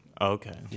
Okay